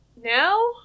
now